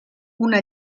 una